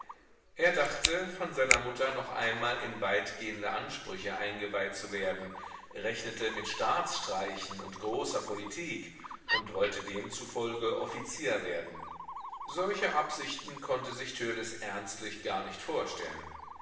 er dachte von seiner mutter noch einmal in weitgehende ansprüche eingeweiht zu werden rechnete mit staatsstreichen und großer politik und wollte demzufolge offizier werden solche absichten konnte sich törleß ernstlich gar nicht vorstellen